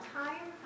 time